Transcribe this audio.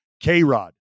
K-Rod